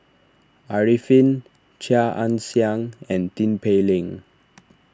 Arifin Chia Ann Siang and Tin Pei Ling